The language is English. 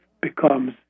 becomes